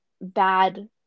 bad